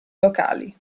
locali